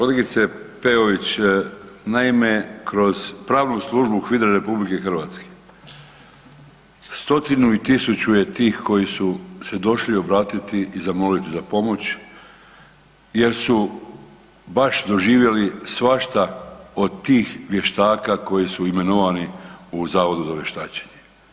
Kolegice Pejović, naime kroz pravnu službu HVIDRA-e RH stotinu i tisuću je tih koji su se došli obratiti i zamoliti za pomoć jer su baš doživjeli svašta od tih vještaka koji su imenovani u Zavodu za vještačenje.